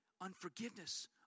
unforgiveness